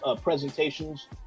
presentations